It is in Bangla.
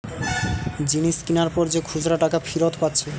জিনিস কিনার পর যে খুচরা টাকা ফিরত পাচ্ছে